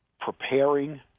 preparing